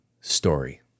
story